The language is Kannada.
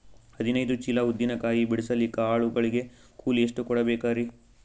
ಹದಿನೈದು ಚೀಲ ಉದ್ದಿನ ಕಾಯಿ ಬಿಡಸಲಿಕ ಆಳು ಗಳಿಗೆ ಕೂಲಿ ಎಷ್ಟು ಕೂಡಬೆಕರೀ?